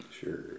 Sure